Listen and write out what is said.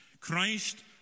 Christ